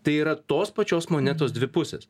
tai yra tos pačios monetos dvi pusės